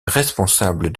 responsable